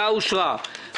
הצבעה בעד,